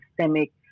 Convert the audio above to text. systemic